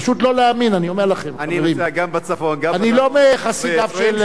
אני לא מחסידיו של הפוליטיקאי כץ,